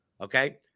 Okay